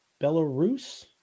Belarus